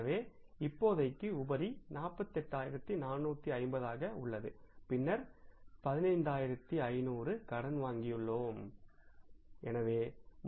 எனவே இப்போதைக்கு உபரி 48450 ஆக உள்ளது பின்னர் 15500 கடன் வாங்கியுள்ளோம்